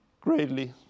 greatly